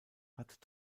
hat